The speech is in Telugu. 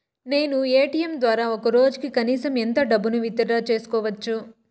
నేను ఎ.టి.ఎం ద్వారా ఒక రోజుకి కనీసం ఎంత డబ్బును విత్ డ్రా సేసుకోవచ్చు?